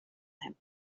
him